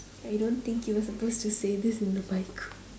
I don't think you were supposed to say this in the mic